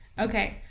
Okay